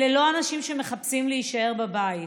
אלה לא אנשים שמחפשים להישאר בבית.